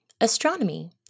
Astronomy